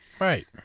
Right